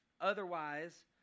Otherwise